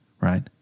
right